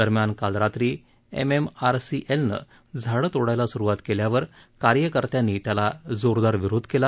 दरम्यान काल रात्री एमएमआरसीएलनं झाडं तोडायला सुरूवात केल्यावर कार्यकर्त्यांनी त्याला जोरदार विरोध केला